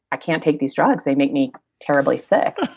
i can't take these drugs. they make me terribly sick.